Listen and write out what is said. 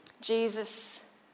Jesus